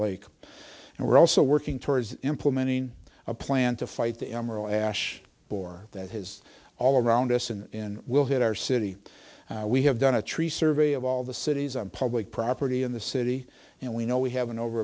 lake and we're also working towards implementing a plan to fight the emeril ash bore that has all around us in will hit our city we have done a tree survey of all the cities on public property in the city and we know we have an over